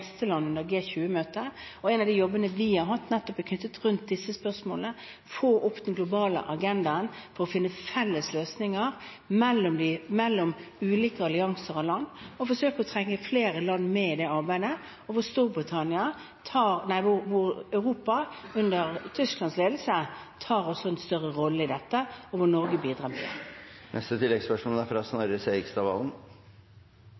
og en av de jobbene vi har hatt, er nettopp knyttet til disse spørsmålene: få opp den globale agendaen for å finne felles løsninger mellom ulike allianser av land og forsøke å trekke flere land med i det arbeidet, hvor Europa under Tysklands ledelse tar en større rolle i dette, og hvor Norge bidrar. Snorre Serigstad Valen – til